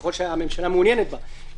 ככל שהממשלה מעוניינת בה,